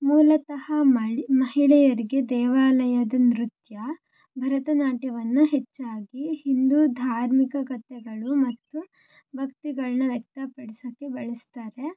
ಮೂಲತಃ ಮಳಿ ಮಹಿಳೆಯರಿಗೆ ದೇವಾಲಯದ ನೃತ್ಯ ಭರತನಾಟ್ಯವನ್ನು ಹೆಚ್ಚಾಗಿ ಹಿಂದೂ ಧಾರ್ಮಿಕ ಕಥೆಗಳು ಮತ್ತು ಭಕ್ತಿಗಳನ್ನ ವ್ಯಕ್ತಪಡಿಸೋಕ್ಕೆ ಬಳಸ್ತಾರೆ